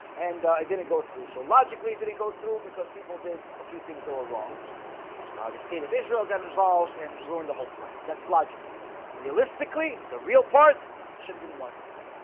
and i didn't go through so logically did it go through because people did a few things that were wrong the stain of israel got involved and ruined the whole plan that's logically realistically the real part jim didn't want to happen.